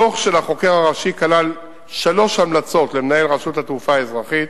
הדוח של החוקר הראשי כלל שלוש המלצות למנהל רשות התעופה האזרחית